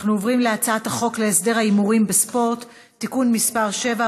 אנחנו עוברים להצעת חוק להסדר ההימורים בספורט (תיקון מס' 7,